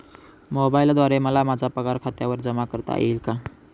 मोबाईलद्वारे मला माझा पगार खात्यावर जमा करता येईल का?